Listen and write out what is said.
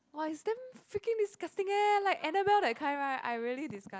!wah! it's damn freaking disgusting eh like Anabelle that kind right I really dislike